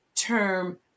term